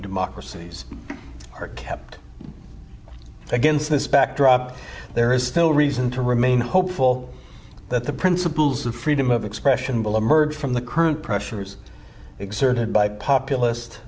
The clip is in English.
democracies are kept against this backdrop there is still reason to remain hopeful that the principles of freedom of expression will emerge from the current pressures exerted by populist